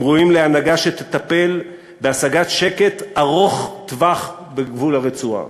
הם ראויים להנהגה שתטפל בהשגת שקט ארוך-טווח בגבול הרצועה.